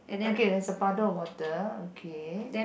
okay there's a puddle of water okay